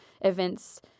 events